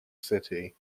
city